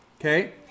Okay